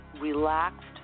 relaxed